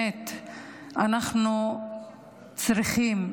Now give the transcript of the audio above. אנחנו צריכים,